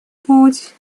путь